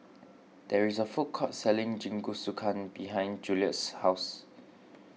there is a food court selling Jingisukan behind Juliette's house